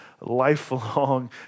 lifelong